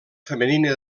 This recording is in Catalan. femenina